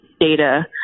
data